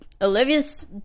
Olivia's